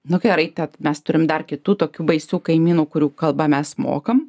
nu gerai kad mes turim dar kitų tokių baisių kaimynų kurių kalbą mes mokam